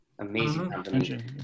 amazing